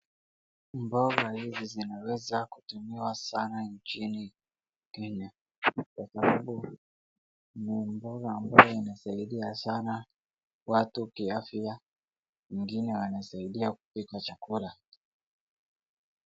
Mboga hizi zinaweza kutumiwa sana nchini Kenya. Kwa sababu ni mboga ambayo inasaidia sana watu kiafya, ingine wanasaidia watu kupika chakula.